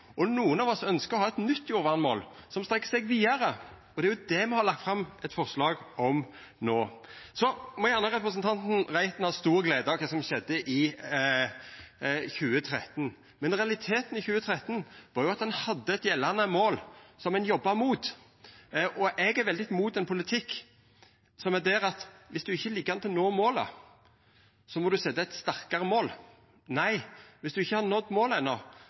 og nokre av oss ønskjer å ha eit nytt jordvernmål, som strekkjer seg vidare. Og det er det me har lagt fram eit forslag om no. Representanten Reiten må gjerne ha stor glede av kva som skjedde i 2013, men realiteten i 2013 var jo at ein hadde eit gjeldande mål som ein jobba mot. Eg er veldig imot ein politikk som er der at viss ein ikkje ligg an til å nå målet, så må ein setja eit sterkare mål. Nei, viss ein ikkje har nådd målet